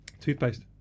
Toothpaste